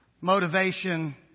motivation